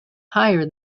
higher